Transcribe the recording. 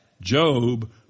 Job